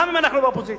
גם אם אנחנו באופוזיציה.